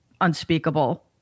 unspeakable